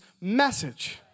message